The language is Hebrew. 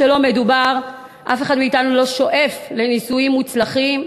אף אחד מאתנו לא שואף לנישואים מוצלחים,